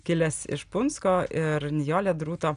kilęs iš punsko ir nijolė druto